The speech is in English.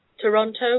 Toronto